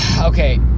Okay